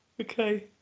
Okay